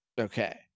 Okay